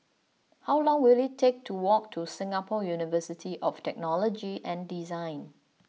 how long will it take to walk to Singapore University of Technology and Design